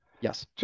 yes